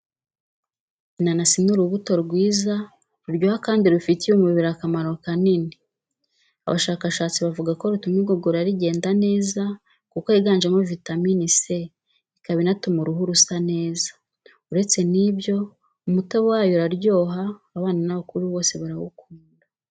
Inanasi ni urubuto rwiza, ruryoha kandi rufitiye umubiri akamaro kanini. Abashakashatsi bavuga ko rutuma igogora rigenda neza kuko higanjemo vitamine C, ikaba inatuma uruhu rusa neza, uretse nibyo umutobe wayo uraryoha abana n'abakuru bose barawukunda.